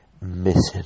Missing